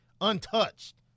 untouched